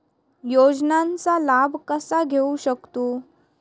योजनांचा लाभ कसा घेऊ शकतू?